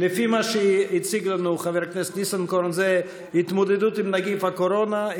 לפי מה שהציג לנו חבר הכנסת ניסנקורן זה התמודדות עם נגיף הקורונה,